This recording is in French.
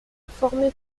formé